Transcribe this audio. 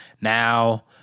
Now